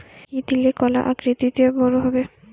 কি দিলে কলা আকৃতিতে বড় হবে?